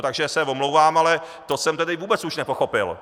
Takže se omlouvám, ale to jsem tedy vůbec už nepochopil.